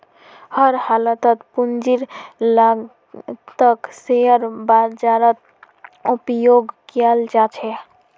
हर हालतत पूंजीर लागतक शेयर बाजारत उपयोग कियाल जा छे